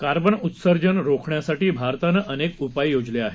carbon उत्सर्जन रोखण्यासाठी भारतानं अनेक उपाय योजले आहेत